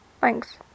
Thanks